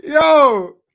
Yo